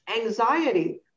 anxiety